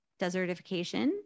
desertification